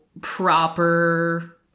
proper